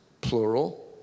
plural